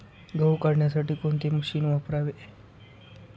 गहू काढण्यासाठी कोणते मशीन वापरावे?